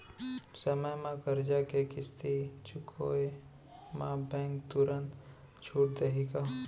समय म करजा के किस्ती चुकोय म बैंक तुरंत छूट देहि का?